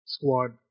Squad